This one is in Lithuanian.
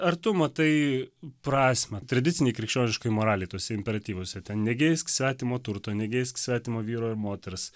ar tu matai prasmę tradicinei krikščioniškai moralei tuose imperatyvuose ten negeisk svetimo turto negeisk svetimo vyro ar moters